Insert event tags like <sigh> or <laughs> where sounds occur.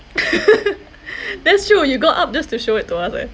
<laughs> that's true you go up just to show it to us eh